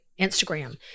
Instagram